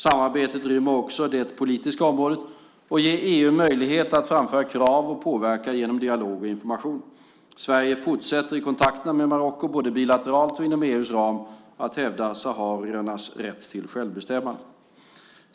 Samarbetet rymmer också det politiska området och ger EU möjligheter att framföra krav och påverka genom dialog och information. Sverige fortsätter i kontakterna med Marocko, både bilateralt och inom EU:s ram, att hävda sahariernas rätt till självbestämmande.